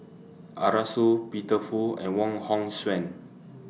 Arasu Peter Fu and Wong Hong Suen